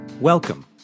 Welcome